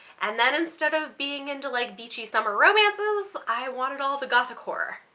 and then instead of being into like beachy summer romances, i wanted all the gothic horror.